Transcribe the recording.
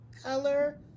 color